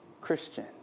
Christian